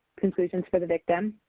conclusions for the victim.